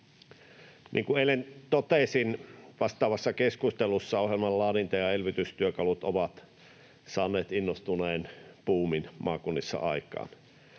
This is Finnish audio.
kuin eilen totesin vastaavassa keskustelussa, ohjelman laadinta- ja elvytystyökalut ovat saaneet innostuneen buumin maakunnissa aikaan.